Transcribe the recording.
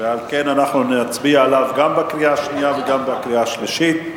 ועל כן נצביע עליו גם בקריאה שנייה וגם בקריאה שלישית.